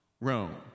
Rome